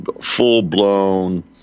full-blown